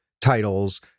titles